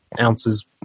ounces